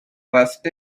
trust